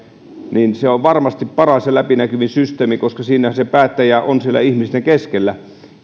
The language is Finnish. on varmasti paras ja läpinäkyvin systeemi koska siinähän se päättäjä on siellä ihmisten keskellä